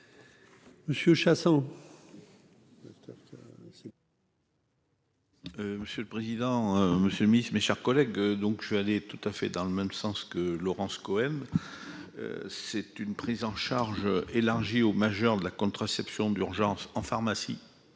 Monsieur Chassang. Monsieur le président, Monsieur le Ministre, mes chers collègues, donc je suis allé tout à fait dans le même sens que Laurence Cohen, c'est une prise en charge, élargi aux majeur de la contraception d'urgence en pharmacie